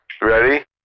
Ready